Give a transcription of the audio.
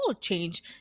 change